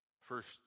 First